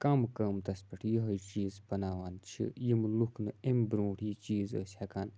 کَم قۭمتَس پٮ۪ٹھ یِہٕے چیٖز بَناوان چھِ یِم لُکھ نہٕ امہِ بروںٛٹھ یہِ چیٖز ٲسۍ ہٮ۪کان